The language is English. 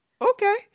okay